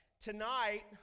Tonight